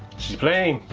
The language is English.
sea plane.